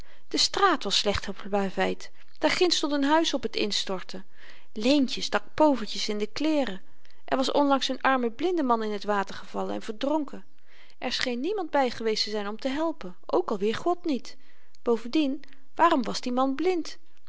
de straat was slecht geplaveid daar ginds stond n huis op t instorten leentje stak povertjes in de kleeren er was onlangs n arme blindeman in t water gevallen en verdronken er scheen niemand by geweest te zyn om te helpen ook alweer god niet bovendien waarom was die man blind